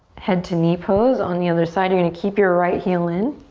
head to knee pose on the other side. you're gonna keep your right heel in.